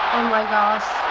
my gosh.